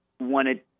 wanted